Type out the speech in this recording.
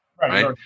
Right